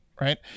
right